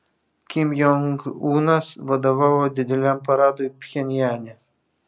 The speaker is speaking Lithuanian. kim jong unas vadovavo dideliam paradui pchenjane